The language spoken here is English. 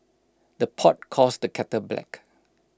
the pot calls the kettle black